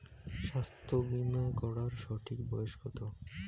স্বাস্থ্য বীমা করার সঠিক বয়স কত?